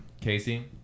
Casey